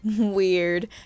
weird